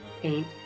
paint